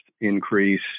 increase